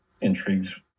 intrigues